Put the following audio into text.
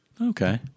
Okay